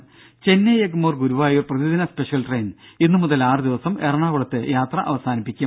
രുദ ചെന്നൈ എഗ്മോർ ഗുരുവായൂർ പ്രതിദിന special train ഇന്നു മുതൽ ആറു ദിവസം എറണാകുളത്ത് യാത്ര അവസാനിപ്പിക്കും